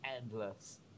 endless